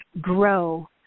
grow